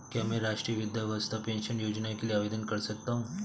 क्या मैं राष्ट्रीय वृद्धावस्था पेंशन योजना के लिए आवेदन कर सकता हूँ?